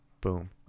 boom